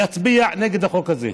להצביע נגד החוק הזה.